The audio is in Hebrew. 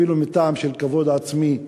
אפילו מטעם של כבוד עצמי,